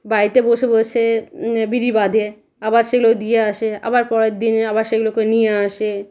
বাড়িতে বসে বসে বিড়ি বাঁধে আবার সেগুলো দিয়ে আসে আবার পরের দিনে আবার সেগুলোকে নিয়ে আসে